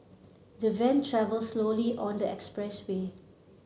the van travelled slowly on the expressway